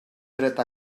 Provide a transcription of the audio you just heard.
dret